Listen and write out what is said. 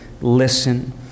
listen